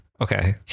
okay